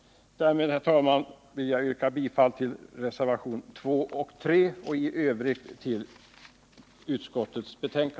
Därmed, herr talman, vill jag yrka bifall till reservationerna 2 och 3 och i övrigt till vad utskottet hemställt.